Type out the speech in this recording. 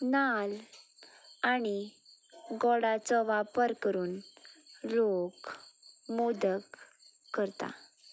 नाल्ल आनी गोडाचो वापर करून लोक मोदक करता